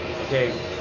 Okay